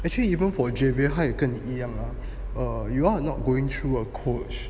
actually even for javier 他也跟你一样 lah err you all are not going through a coach